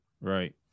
Right